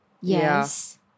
yes